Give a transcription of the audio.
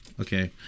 Okay